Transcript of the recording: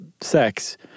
sex